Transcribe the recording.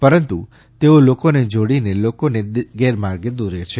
પરંતુ તેઓ તેને જોડીને લોકોને ગેરમાર્ગે દોરે છે